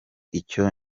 icyo